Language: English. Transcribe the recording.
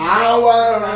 Power